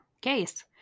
case